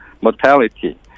mortality